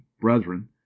brethren